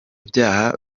byaha